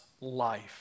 life